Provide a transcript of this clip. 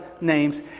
names